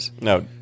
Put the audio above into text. no